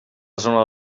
zona